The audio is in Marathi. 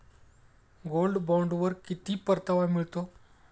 गोल्ड बॉण्डवर किती परतावा मिळतो?